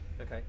Okay